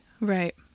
Right